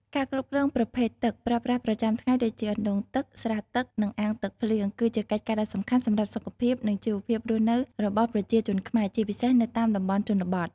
ការគ្រប់គ្រងប្រភពទឹកប្រើប្រាស់ប្រចាំថ្ងៃដូចជា អណ្ដូងទឹក ស្រះទឹក និងអាងទឹកភ្លៀង គឺជាកិច្ចការដ៏សំខាន់សម្រាប់សុខភាព និងជីវភាពរស់នៅរបស់ប្រជាជនខ្មែរ ជាពិសេសនៅតាមតំបន់ជនបទ។